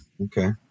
Okay